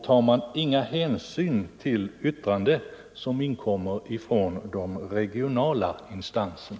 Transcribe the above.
Tar man inga hänsyn till yttranden som inkommer från de regionala instanserna?